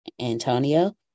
Antonio